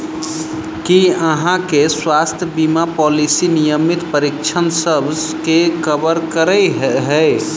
की अहाँ केँ स्वास्थ्य बीमा पॉलिसी नियमित परीक्षणसभ केँ कवर करे है?